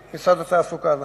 התעסוקה.